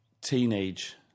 teenage